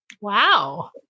Wow